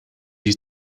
you